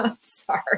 Sorry